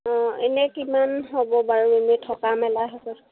অঁ এনেই কিমান হ'ব বাৰু এনেই থকা মেলা